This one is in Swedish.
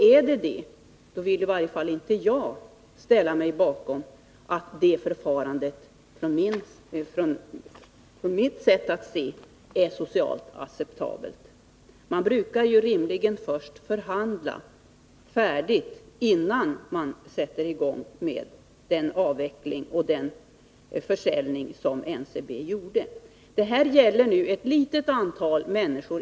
Jag vill däremot inte ställa mig bakom den uppfattningen att detta förfarande är socialt acceptabelt. Man brukar rimligen först förhandla färdigt, innan man sätter i gång med en sådan avveckling och försäljning som NCB gjorde. Det här gäller egentligen ett litet antal människor.